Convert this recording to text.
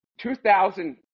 2000